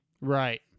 Right